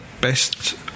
best